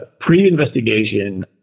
pre-investigation